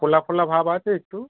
ফোলা ফোলা ভাব আছে একটু